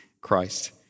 Christ